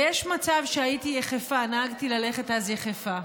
ויש מצב שהייתי יחפה, נהגתי ללכת אז יחפה.